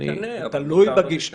אמרתי את זה בהתחלה.